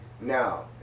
Now